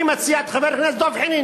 אני מציע את חבר הכנסת דב חנין.